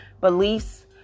beliefs